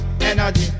energy